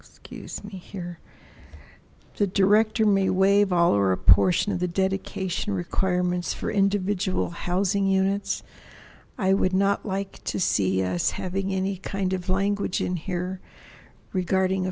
excuse me here the director may waive all or a portion of the dedication requirements for individual housing units i would not like to see us having any kind of language in here regarding